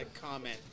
comment